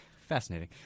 Fascinating